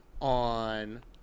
on